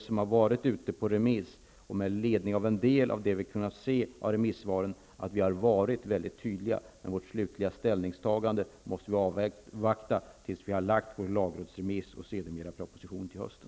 Jag tycker dock med ledning av en del av remissvaren att vi har varit tydliga i departementspromemorian. Men vårt slutliga ställningstagande får avvakta tills lagrådsremissen är klar och propositionen läggs fram till hösten.